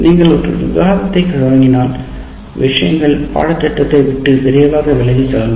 நீங்கள் ஒரு விவாதத்தைத் தொடங்கினால் விஷயங்கள் பாடத்திட்டத்தை விட்டு விரைவாக விலகிச் செல்லலாம்